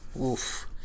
Oof